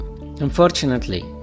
Unfortunately